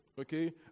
okay